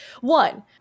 One